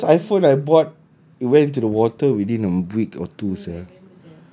the first iphone I bought went to the water within a week or two sia